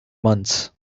months